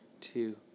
two